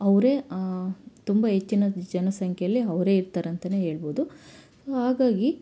ಅವರೇ ತುಂಬ ಹೆಚ್ಚಿನ ಜನಸಂಖ್ಯೆಯಲ್ಲಿ ಅವರೇ ಇರ್ತಾರೆ ಅಂತನೇ ಹೇಳ್ಬೋದು ಹಾಗಾಗಿ